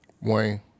Wayne